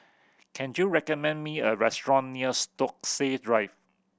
can you recommend me a restaurant near Stokesay Drive